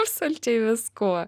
absoliučiai viskuo